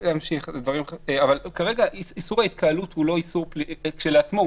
אנחנו יוצאים עכשיו להפסקה עד השעה 02:35. (הישיבה נפסקה בשעה 14:35 ונתחדשה בשעה 15:00.)